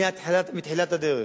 מתחילת הדרך,